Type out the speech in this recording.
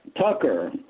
Tucker